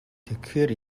тэгэхээр